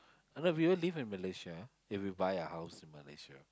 a lot of people live in Malaysia if we buy a house in Malaysia